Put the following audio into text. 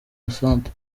asante